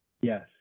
Yes